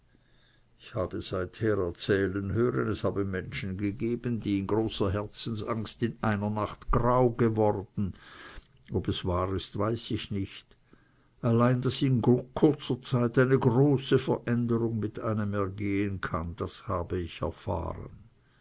ich habe seither erzählen hören es habe menschen gegeben die in großer herzensangst in einer nacht grau geworden ob es wahr ist weiß ich nicht allein daß in kurzer zeit eine große veränderung mit einem ergehen kann das habe ich erfahren